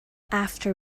after